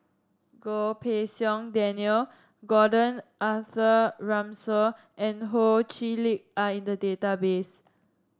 Goh Pei Siong Daniel Gordon Arthur Ransome and Ho Chee Lick are in the database